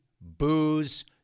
booze